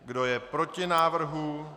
Kdo je proti návrhu?